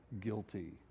guilty